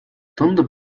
tundub